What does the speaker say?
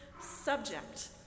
subject